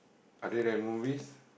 other than movies